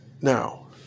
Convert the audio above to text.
now